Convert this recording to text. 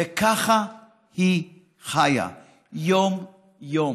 וככה היא חיה יום-יום.